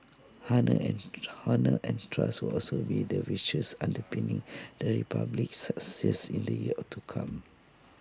honour and trust will also be the virtues underpinning the republic's success in the years or to come